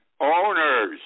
owners